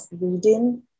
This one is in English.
reading